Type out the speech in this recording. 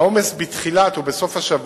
העומס בתחילת השבוע